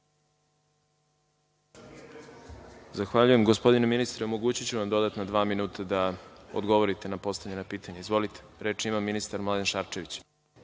Zahvaljujem. Gospodine ministre, omogući ću vam dodatna dva minuta da odgovorite na postavljena pitanja. Izvolite, reč ima ministar Mladen Šarčević.